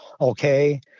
Okay